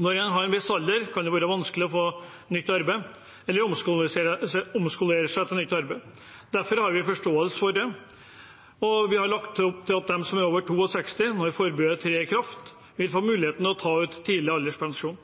Når en har en viss alder, kan det være vanskelig å få nytt arbeid eller å omskolere seg til nytt arbeid. Det har vi forståelse for, og vi har lagt opp til at de som er over 62 år når forbudet trer i kraft, vil få mulighet til å ta ut tidlig alderspensjon.